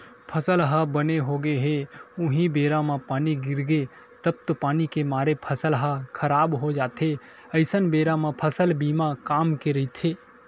फसल ह बने होगे हे उहीं बेरा म पानी गिरगे तब तो पानी के मारे फसल ह खराब हो जाथे अइसन बेरा म फसल बीमा काम के रहिथे